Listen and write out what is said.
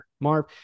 Marv